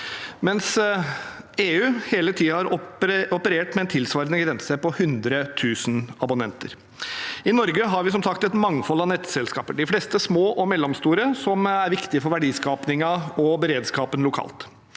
EU har hele tiden operert med en tilsvarende grense på 100 000 abonnenter. I Norge har vi som sagt et mangfold av nettselskap, de fleste er små og mellomstore, som er viktige for verdiskapingen og beredskapen lokalt.